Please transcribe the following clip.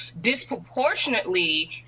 disproportionately